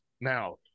now